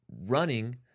running